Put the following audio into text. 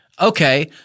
Okay